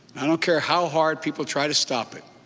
i don't care how hard people try to stop it,